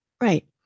right